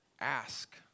Ask